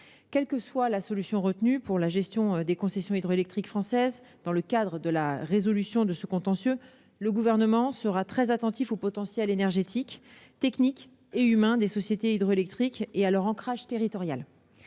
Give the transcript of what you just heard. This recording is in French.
Quelle que soit la solution retenue pour la gestion des concessions hydroélectriques françaises dans le cadre de la résolution de ce contentieux, le Gouvernement sera très attentif au potentiel énergétique, technique et humain des sociétés hydroélectriques et à leur ancrage territorial.